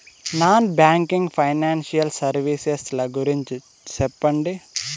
Non banking financial services ల గురించి సెప్పండి?